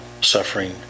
suffering